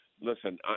listen